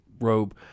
robe